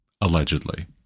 allegedly